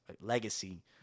legacy